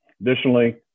Additionally